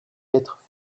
être